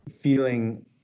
feeling